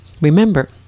remember